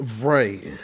Right